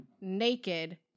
naked